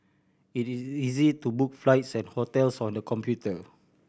it is easy to book flights and hotels on the computer